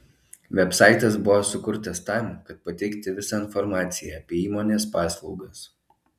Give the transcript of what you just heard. vebsaitas buvo sukurtas tam kad pateikti visą informaciją apie įmonės paslaugas